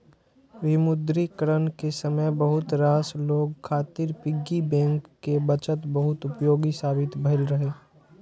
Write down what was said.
विमुद्रीकरण के समय बहुत रास लोग खातिर पिग्गी बैंक के बचत बहुत उपयोगी साबित भेल रहै